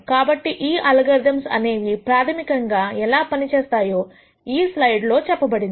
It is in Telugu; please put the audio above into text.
కాబట్టి ఈ అల్గోరిథమ్స్ అనేవి ప్రాథమికంగా ఎలా పనిచేస్తాయో ఈ స్లైడ్ లో చెప్పబడింది